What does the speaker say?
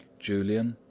julian,